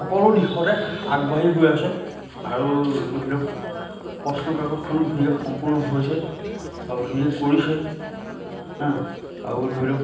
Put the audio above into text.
সকলো দিশতে আগবাঢ়ি গৈ আছে আৰু ধৰি লওক প্ৰশ্ন কাকতখনো ধুনীয়াকে সম্পূৰ্ণ হৈছে আৰু ধুনীয়াকে কৰিছে আৰু ধৰি লওক